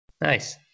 Nice